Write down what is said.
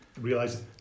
realize